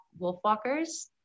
Wolfwalkers